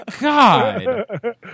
God